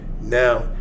now